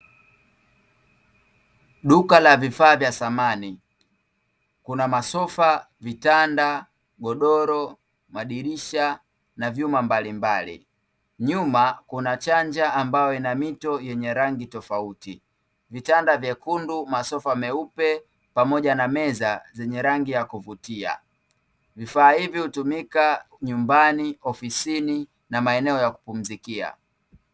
Duka la vifaa vya samani; kuna masofa, vitanda, godoro, madirisha na vyuma mbalimbali. Nyuma kuna chanja ambayo ina mito yenye rangi tofauti, vitanda vyekundu, masofa meupe, pamoja na meza zenye rangi ya kuvutia. Vifaa hivi hutumika nyumbani, ofisini na maeneo ya kupumzikia.